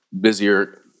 busier